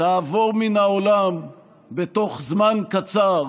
תעבור מן העולם בתוך זמן קצר